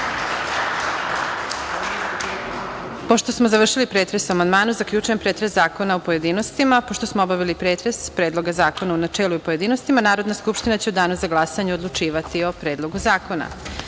Pošto smo završili pretres amandmana, zaključujem pretres zakona u pojedinostima. Pošto smo obavili pretres Predloga zakona u načelu i pojedinostima, Narodna skupština će u danu za glasanje odlučivati o Predlogu zakona. Druga